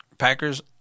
Packers